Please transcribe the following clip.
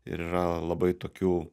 ir yra labai tokių